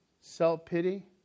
self-pity